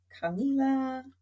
Camila